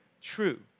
true